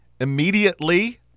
immediately